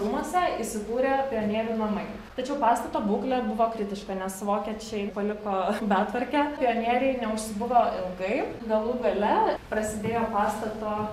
rūmuose įsikūrė pionierių namai tačiau pastato būklė buvo kritiška nes vokiečiai paliko betvarkę pionieriai neužsibuvo ilgai galų gale prasidėjo pastato